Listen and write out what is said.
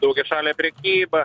daugiašalę prekybą